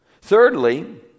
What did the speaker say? Thirdly